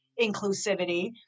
inclusivity